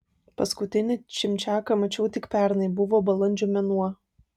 paskutinį čimčiaką mačiau tik pernai buvo balandžio mėnuo